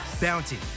Bounty